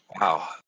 Wow